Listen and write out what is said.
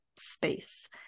space